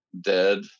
dead